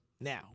now